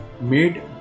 made